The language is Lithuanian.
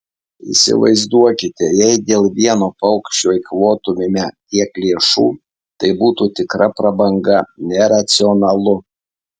įsivaizduokite jei dėl vieno paukščio eikvotumėme tiek lėšų tai būtų tikra prabanga neracionalu